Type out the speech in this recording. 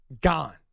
gone